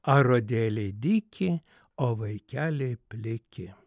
arodėlei dyki o vaikeliai pliki